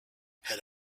had